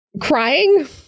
crying